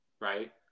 right